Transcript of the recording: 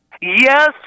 Yes